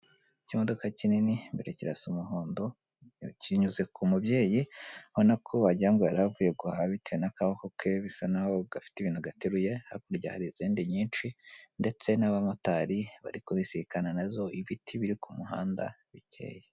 Ikimodoka kinini mbere kirasa umuhondo, kinyuze ku mubyeyibonako wagirango ngo yari avuye guhaha bitewe n'akaboko ke bisa naho gafite ibintu gateruye. Hakurya hari izindi nyinshi ndetse n'abamotari bari kubisikana nazo. Ibiti biri ku muhanda bikeya.